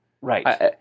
Right